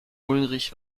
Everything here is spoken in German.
ulrich